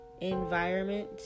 environment